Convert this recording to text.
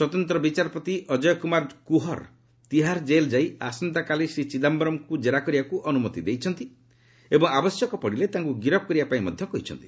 ସ୍ୱତନ୍ତ୍ର ବିଚାରପତି ଅଜୟ କ୍ରମାର କୁହର ତିହାର ଜେଲ୍ ଯାଇ ଆସନ୍ତାକାଲି ଶ୍ରୀ ଚିଦାୟରମ୍ଙ୍କୁ ଜେରା କରିବାକୁ ଅନୁମତି ଦେଇଛନ୍ତି ଏବଂ ଆବଶ୍ୟକ ପଡ଼ିଲେ ତାଙ୍କୁ ଗିରଫ୍ କରିବା ପାଇଁ ମଧ୍ୟ କହିଛନ୍ତି